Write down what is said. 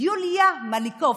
יוליה מליקובסקי,